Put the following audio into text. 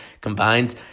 combined